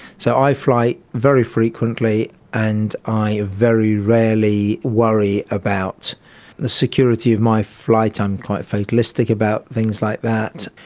so i fly very frequently and i very rarely worry about the security of my flight. i'm quite fatalistic about things like that.